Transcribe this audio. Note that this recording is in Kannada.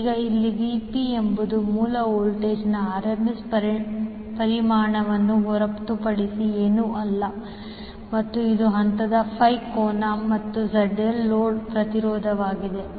ಈಗ ಇಲ್ಲಿ Vp ಎಂಬುದು ಮೂಲ ವೋಲ್ಟೇಜ್ನ RMS ಪರಿಮಾಣವನ್ನು ಹೊರತುಪಡಿಸಿ ಏನೂ ಅಲ್ಲ ಮತ್ತು ಇದು ಹಂತದ ∅ ಕೋನ ಮತ್ತು ZL ಲೋಡ್ ಪ್ರತಿರೋಧವಾಗಿದೆ